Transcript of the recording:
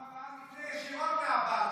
בפעם הבאה תפנה ישירות לעבאס.